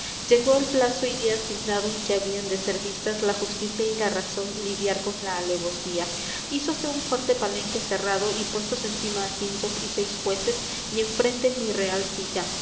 llegó el plazo y día asignado en que habían de ser vistas la justicia y la razón lidiar con la alevosía hízose un fuerte palenque cerrado y puestos encima asientos y seis jüeces y enfrente mi real silla